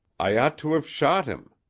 i ought to have shot him.